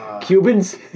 Cubans